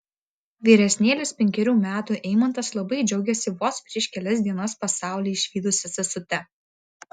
vyresnėlis penkerių metų eimantas labai džiaugiasi vos prieš kelias dienas pasaulį išvydusia sesute